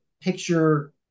picture